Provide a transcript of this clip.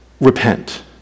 Repent